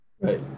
Right